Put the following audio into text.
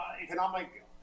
economic